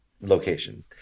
location